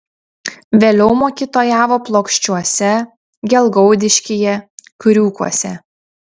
vėliau mokytojavo plokščiuose gelgaudiškyje kriūkuose